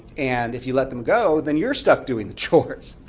and if you let them go, then you're stuck doing the chores.